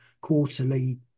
quarterly